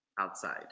outside